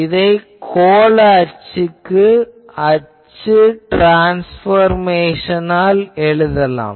இதை கோள அச்சுக்கு அச்சு ட்ரான்ஸ்பர்மேஷனால் எழுதலாம்